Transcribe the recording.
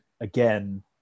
again